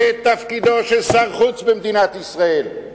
זה תפקידו של שר חוץ במדינת ישראל,